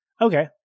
Okay